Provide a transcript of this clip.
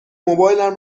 موبایلم